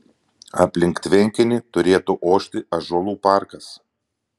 aplink tvenkinį turėtų ošti ąžuolų parkas